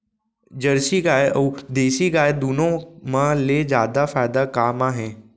Jersey गाय अऊ देसी गाय दूनो मा ले जादा फायदा का मा हे?